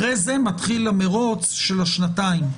אחרי זה מתחיל המרוץ של השנתיים.